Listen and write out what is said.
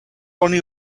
only